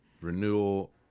renewal